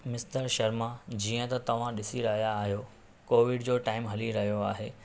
mister Sharma जीअं त तव्हां ॾिसी रहिया आहियो कोविड जो टाइम हली रहियो आहे